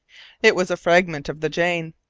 it was a fragment of the jane!